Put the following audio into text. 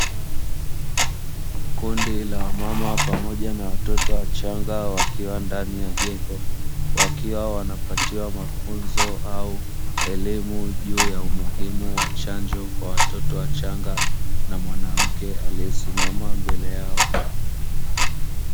Kundi la wamama pamoja na watoto wachanga wakiwa ndani ya jengo, wakiwa wanapatiwa mafunzo au elimu juu ya umuhimu wa chanjo kwa watoto wachanga na mwanamke aliyesimama mbele yao.